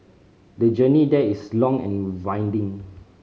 the journey there is long and winding